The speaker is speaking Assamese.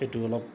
সেইটো অলপ